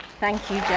thank you,